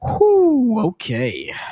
Okay